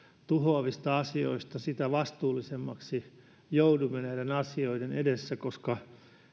tuhoavista asioista sitä vastuullisemmiksi joudumme näiden asioiden edessä koska